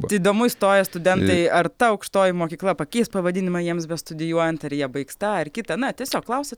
įdomu įstoję studentai ar ta aukštoji mokykla pakeis pavadinimą jiems bestudijuojant ar jie baigs tą ar kitą na tiesiog klausia